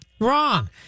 wrong